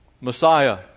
Messiah